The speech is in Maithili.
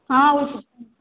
हँ ओ